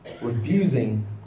refusing